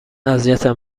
اذیتم